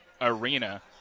Arena